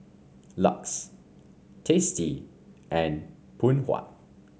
Lux Tasty and Phoon Huat